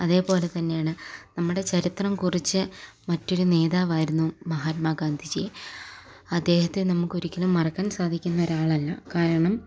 അതേപോലെ തന്നെയാണ് നമ്മുടെ ചരിത്രം കുറിച്ച് മറ്റൊരു നേതാവായിരുന്നു മഹാത്മാ ഗാന്ധിജി അദ്ദേഹത്തെ നമുക്ക് ഒരിക്കലും മറക്കാൻ സാധിക്കുന്ന ഒരാളല്ല കാരണം